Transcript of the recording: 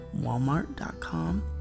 Walmart.com